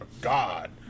god